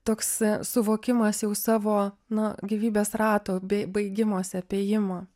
toks suvokimas jau savo na gyvybės rato bei baigimosi apėjimą